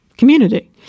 community